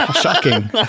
shocking